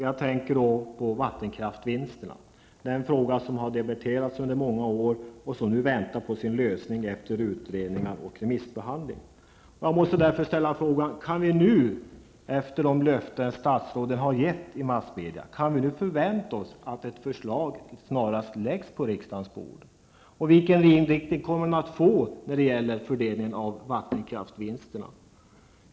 Jag tänker på vattenkraftsvinsterna, en fråga som har diskuterats i många år och som nu efter utredningar och remissbehandling väntar på sin lösning. Jag måste ställa frågan: Kan vi nu efter de löften som statsrådet har gett i massmedia förvänta oss att ett förslag snarast läggs på riksdagens bord? Vilken inriktning kommer det att få när det gäller fördelningen av vattenkraftsvinsterna?